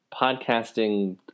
podcasting